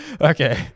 Okay